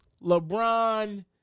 LeBron